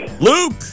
Luke